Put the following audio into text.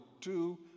two